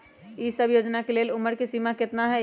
ई सब योजना के लेल उमर के सीमा केतना हई?